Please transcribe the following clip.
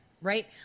Right